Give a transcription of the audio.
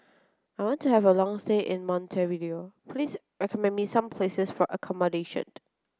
I want to have a long stay in Montevideo please recommend me some places for accommodation